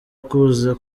kuza